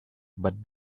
but